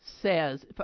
says